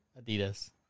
Adidas